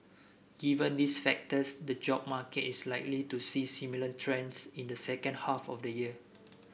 given these factors the job market is likely to see similar trends in the second half of the year